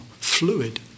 fluid